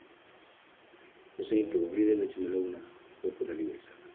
तुसेंई डोगरी दे बिच्च मिलग ना ओह् कुतै नि मिली सकदा तुसें